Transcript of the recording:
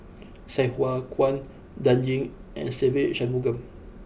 Sai Hua Kuan Dan Ying and Se Ve Shanmugam